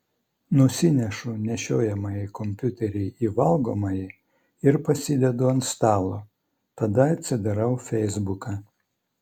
nusinešu nešiojamąjį kompiuterį į valgomąjį ir pasidedu ant stalo tada atsidarau feisbuką